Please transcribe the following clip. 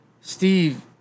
Steve